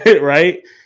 right